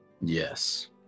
Yes